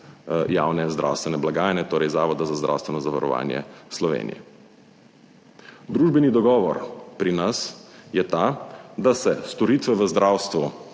javne zdravstvene blagajne, torej Zavoda za zdravstveno zavarovanje Slovenije. Družbeni dogovor pri nas je ta, da se storitve v zdravstvu